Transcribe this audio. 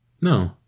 no